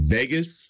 Vegas